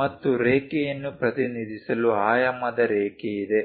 ಮತ್ತು ರೇಖೆಯನ್ನು ಪ್ರತಿನಿಧಿಸಲು ಆಯಾಮದ ರೇಖೆಯಿದೆ